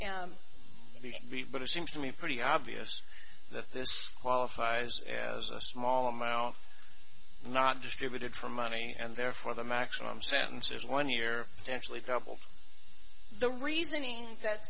read but it seems to me pretty obvious that this qualifies as a small amount not distributed for money and therefore the maximum sentence there's one year to actually double the reasoning that